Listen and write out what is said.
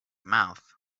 mouth